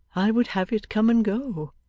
i would have it come and go.